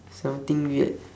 something weird